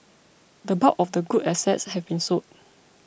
the bulk of the good assets have been sold